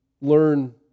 learn